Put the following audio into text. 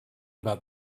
about